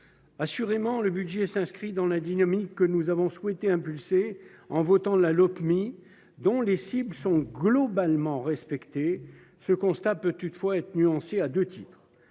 Assurément, ce budget s’inscrit dans la dynamique que nous avons souhaité impulser en votant la Lopmi, dont les objectifs sont globalement respectés. Ce constat peut toutefois être nuancé à deux titres.